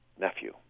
nephew